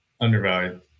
Undervalued